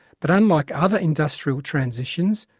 but unlike other industrial transitions,